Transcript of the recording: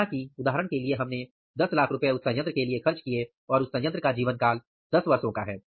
माना कि उदाहरण के लिए हमने ₹1000000 उस संयंत्र के लिए खर्च किए और उस संयंत्र का जीवनकाल 10 वर्षों का है